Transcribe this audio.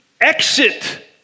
exit